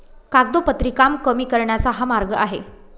कागदोपत्री काम कमी करण्याचा हा मार्ग आहे